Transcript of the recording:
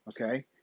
okay